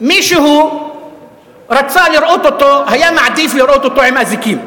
מישהו היה מעדיף לראות אותו עם אזיקים.